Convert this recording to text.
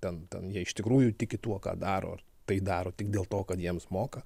ten ten jie iš tikrųjų tiki tuo ką daro tai daro tik dėl to kad jiems moka